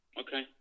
Okay